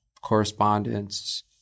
correspondence